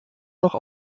noch